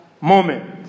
moment